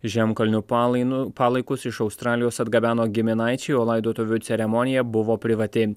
žemkalnio palainu palaikus iš australijos atgabeno giminaičiai o laidotuvių ceremonija buvo privati